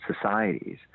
societies